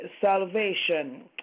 salvation